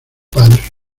padre